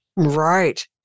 Right